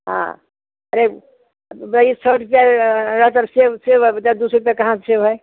हाँ अरे भाई सौ रुपया रह कर सेब सेब अब इतना दो सौ रुपया कहाँ से सेब है